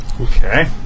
Okay